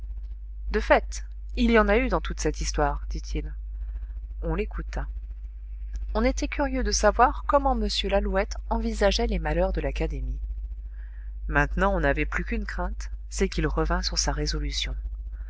de fait il y en a eu dans toute cette histoire dit-il on l'écouta on était curieux de savoir comment m lalouette envisageait les malheurs de l'académie maintenant on n'avait plus qu'une crainte c'est qu'il revînt sur sa résolution